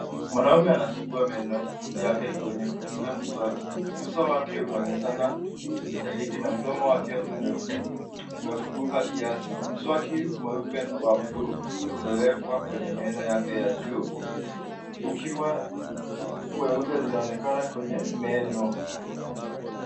Mwanaume anasugua meno yake kwenye kutumia mswaki, uso wake unaonyeshana kujitahidi na mdomo wake umefunguka kiasi. Mswaki mweupe wa bluu umewekwa kwenye meno yake ya juu ukiwa mweupe zinaonekana kwenye meno.